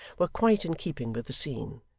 were quite in keeping with the scene,